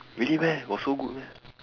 really meh got so good meh